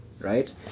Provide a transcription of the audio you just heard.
right